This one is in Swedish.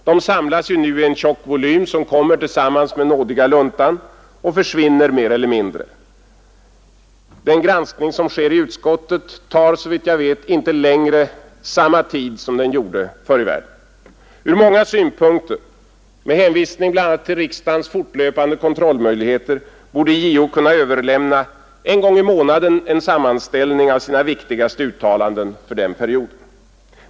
De samlas nu i en tjock volym som kommer tillsammans med ”nådiga luntan” och försvinner mer eller mindre. Den granskning som sker i utskott tar, såvitt jag vet, inte längre samma tid som den gjorde förr i världen. Ur många synpunkter, bl.a. med hänsyn till riksdagens fortlöpande kontrollmöjligheter, borde JO en gång i månaden till riksdagen överlämna en sammanställning av sina viktigaste uttalanden.